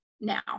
now